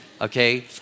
okay